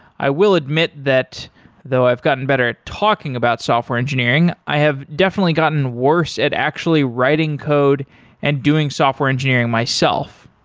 i will admit that though i've gotten better at talking about software engineering, i have definitely gotten worse at actually writing code and doing software engineering myself.